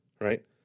right